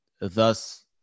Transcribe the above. thus